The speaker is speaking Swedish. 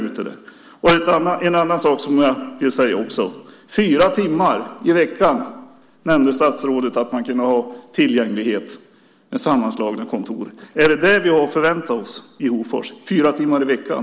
Statsrådet nämnde att man kunde ha tillgänglighet fyra timmar i veckan vid sammanslagning av kontor. Är det vad vi har att förvänta oss i Hofors, fyra timmar i veckan?